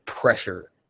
pressure